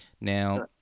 Now